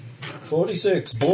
Forty-six